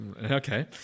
Okay